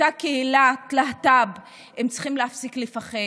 אותה קהילת להט"ב, הם צריכים להפסיק לפחד.